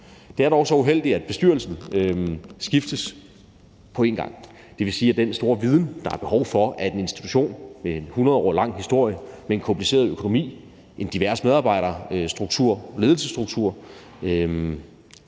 Det er dog så uheldigt, at bestyrelsen udskiftes på en gang. Det vil sige, at den store vidensbevaring, der er behov for i en institution med en mere end 100 år lang historie, med en kompliceret økonomi og med en medarbejderstruktur og ledelsesstruktur